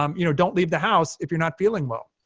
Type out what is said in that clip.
um you know don't leave the house if you're not feeling well.